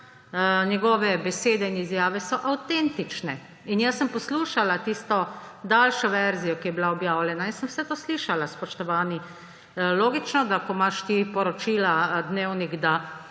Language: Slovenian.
Njegove besede in izjave so avtentične. Poslušala sem tisto daljšo verzijo, ki je bila objavljena. Jaz sem vse to slišala, spoštovani. Logično, da ko imaš ti poročila, dnevnik, da